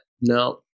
no